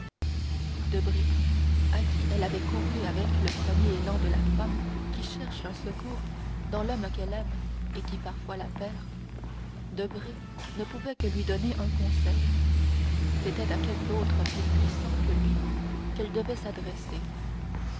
à qui elle avait couru avec le premier élan de la femme qui cherche un secours dans l'homme qu'elle aime et qui parfois la perd debray ne pouvait que lui donner un conseil c'était à quelque autre plus puissant que lui qu'elle devait s'adresser